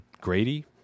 Grady